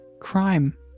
crime